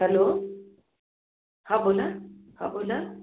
hello हा बोला हा बोला